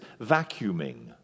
vacuuming